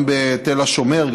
גם בתל השומר,